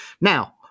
Now